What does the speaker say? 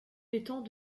l’étang